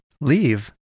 Leave